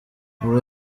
ubu